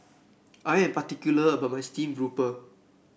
I am particular about my Steamed Grouper